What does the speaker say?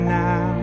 now